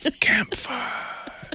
Campfire